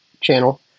channel